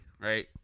right